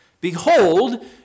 Behold